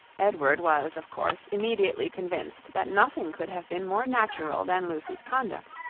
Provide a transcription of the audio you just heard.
edward was, of course, immediately convinced that nothing could have been more natural than lucy's conduct,